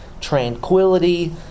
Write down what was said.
tranquility